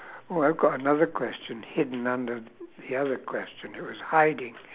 oh I've got another question hidden under the other question it was hiding